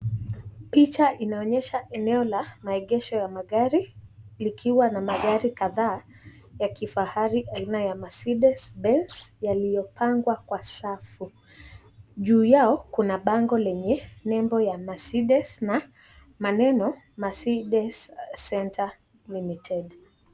Picha inaonyesha eneo la maegesho ya magari ikiwa na magari kadhaa ya kifahari aina ya Mercedes Benz yaliyopangwa kwa safu. Juu yao kuna bango lenye nembo ya Mercedes na maneno Mercedes Centre Limited.